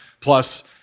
plus